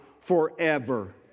forever